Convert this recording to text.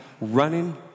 running